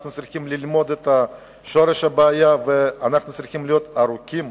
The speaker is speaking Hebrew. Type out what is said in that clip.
אנחנו צריכים ללמוד את שורש הבעיה ולהיות ערוכים.